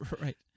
right